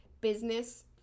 business